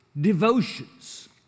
devotions